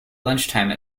lunchtime